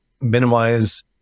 minimize